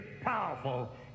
powerful